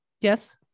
yes